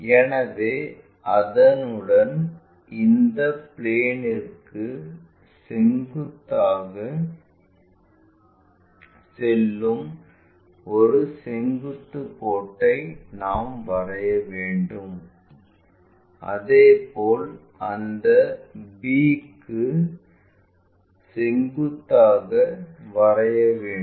எனவே அதனுடன் இந்த பிளேன்ற்கு செங்குத்தாக செல்லும் ஒரு செங்குத்து கோட்டை நாம் வரைய வேண்டும் அதேபோல் அந்த b க்கு செங்குத்தாக வரைய வேண்டும்